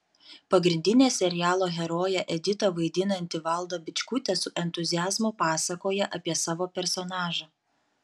pagrindinę serialo heroję editą vaidinanti valda bičkutė su entuziazmu pasakoja apie savo personažą